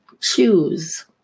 choose